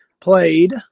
played